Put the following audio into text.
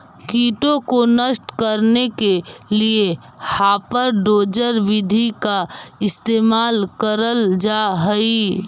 कीटों को नष्ट करने के लिए हापर डोजर विधि का इस्तेमाल करल जा हई